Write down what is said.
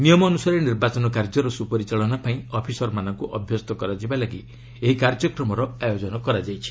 ନିୟମ ଅନୁସାରେ ନିର୍ବାଚନ କାର୍ଯ୍ୟର ସୁପରିଚାଳନା ପାଇଁ ଅଫିସରମାନଙ୍କୁ ଅଭ୍ୟସ୍ତ କରାଯିବା ଲାଗି ଏହି କାର୍ଯ୍ୟକ୍ରମର ଆୟୋଜନ କରାଯାଇଛି